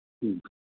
ഉം